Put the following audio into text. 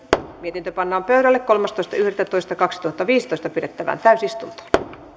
mietintö pannaan pöydälle kolmastoista yhdettätoista kaksituhattaviisitoista pidettävään täysistuntoon